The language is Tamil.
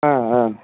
ஆ ஆ